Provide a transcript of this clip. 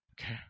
Okay